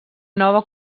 nova